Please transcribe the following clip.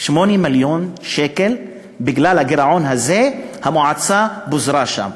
8 מיליון שקל, בגלל הגירעון הזה המועצה פוזרה שם,